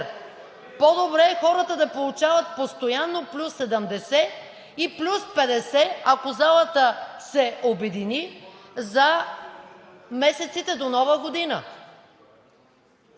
По-добре е хората да получават постоянно плюс 70 и плюс 50, ако залата се обедини, за месеците до Нова година.